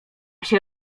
się